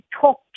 talk